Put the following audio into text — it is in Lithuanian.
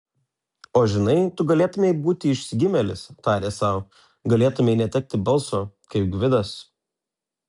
o žinai tu galėtumei būti išsigimėlis tarė sau galėtumei netekti balso kaip gvidas